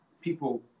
people